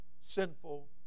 sinful